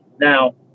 Now